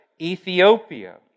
Ethiopia